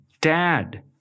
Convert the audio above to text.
Dad